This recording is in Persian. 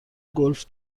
گلف